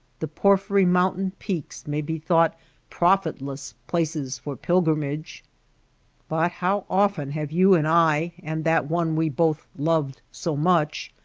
the porphyry mountain peaks may be thought profitless places for pilgrimages but how often have you and i, and that one we both loved so much,